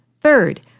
Third